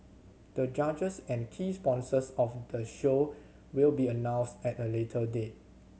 the judges and key sponsors of the show will be announced at a later date